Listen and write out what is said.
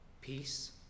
peace